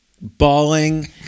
bawling